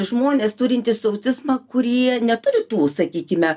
žmonės turintys autizmą kurie neturi tų sakykime